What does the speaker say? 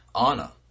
Anna